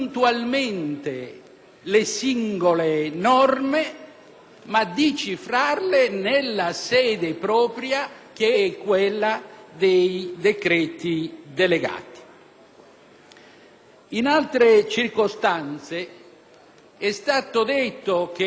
ma di cifrarle nella sede propria, che è quella dei decreti delegati. In altre circostanze è stato detto che per materie come questa